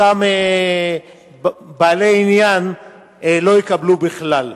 אותם בעלי עניין לא יקבלו בכלל.